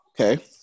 Okay